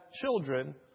children